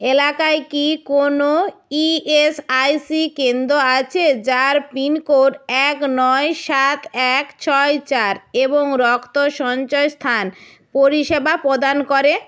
এলাকায় কি কোনও ই এস আই সি কেন্দ্র আছে যার পিনকোড এক নয় সাত এক ছয় চার এবং রক্ত সঞ্চয়স্থান পরিষেবা প্রদান করে